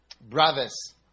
Brothers